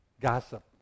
gossip